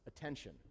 attention